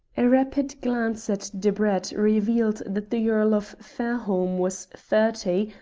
a rapid glance at debrett revealed that the earl of fairholme was thirty,